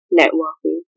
networking